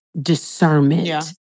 discernment